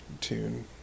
tune